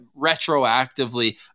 retroactively